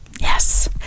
Yes